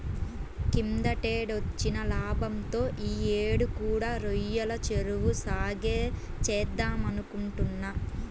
కిందటేడొచ్చిన లాభంతో యీ యేడు కూడా రొయ్యల చెరువు సాగే చేద్దామనుకుంటున్నా